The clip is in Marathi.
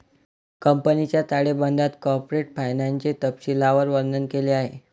कंपनीच्या ताळेबंदात कॉर्पोरेट फायनान्सचे तपशीलवार वर्णन केले आहे